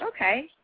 okay